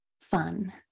fun